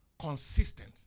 consistent